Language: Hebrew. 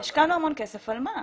השקענו המון כסף על מה?